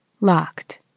Locked